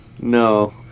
No